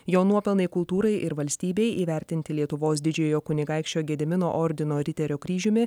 jo nuopelnai kultūrai ir valstybei įvertinti lietuvos didžiojo kunigaikščio gedimino ordino riterio kryžiumi